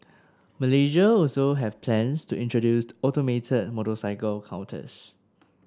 Malaysia also have plans to introduced automated motorcycle counters